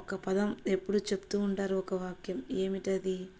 ఒక పదం ఎప్పుడూ చెప్తూ ఉంటారు ఒక వాక్యం ఏమిటది